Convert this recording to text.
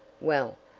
well,